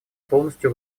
полностью